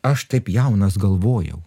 aš taip jaunas galvojau